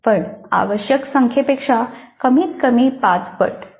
पण आवश्यक संख्येपेक्षा कमीतकमी पाच पट